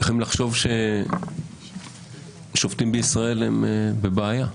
לחשוב ששופטים בישראל הם בבעיה.